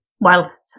whilst